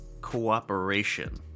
cooperation